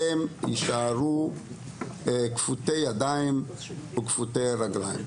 הם יישארו כפותי ידיים וכפותי רגליים.